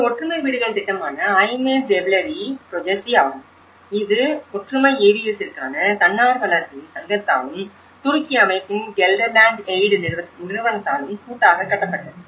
ஒரு ஒற்றுமை வீடுகள் திட்டமான ஐமேஸ் எவ்லெரி புரோஜெஸி ஆகும் இது ஒற்றுமை AVSற்கான தன்னார்வலர்களின் சங்கத்தாலும் துருக்கி அமைப்பின் கெல்டர்லேண்ட் எய்ட் நிறுவனத்தாலும் கூட்டாக கட்டப்பட்டது